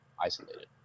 isolated